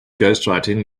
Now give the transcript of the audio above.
ghostwriting